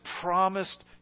promised